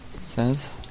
says